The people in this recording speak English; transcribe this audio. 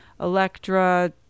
Electra